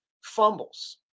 fumbles